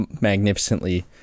magnificently